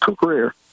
career